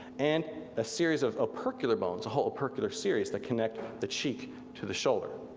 and a series of opercular bones, a whole opercular series that connect the cheek to the shoulder.